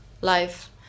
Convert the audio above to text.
life